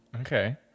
Okay